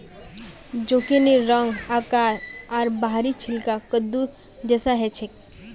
जुकिनीर रंग, आकार आर बाहरी छिलका कद्दू जैसा ह छे